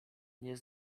nie